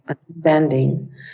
understanding